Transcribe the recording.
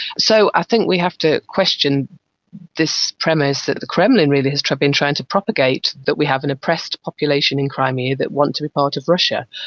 so i think we have to question this premise that the kremlin really has been trying to propagate that we have an oppressed population in crimea that want to be part of russia.